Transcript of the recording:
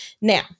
Now